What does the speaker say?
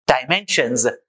dimensions